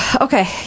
Okay